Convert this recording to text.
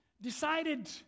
decided